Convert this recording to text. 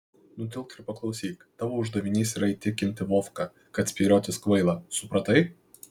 nutilk ir paklausyk tavo uždavinys yra įtikinti vovką kad spyriotis kvaila supratai